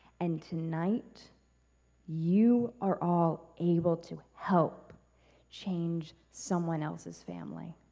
and tonight you are all able to help change someone else's family.